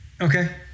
Okay